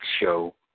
show